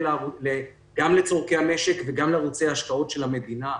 לעשות הכשרות מקצועיות גם לצורכי המשק וגם לערוצי השקעות של המדינה,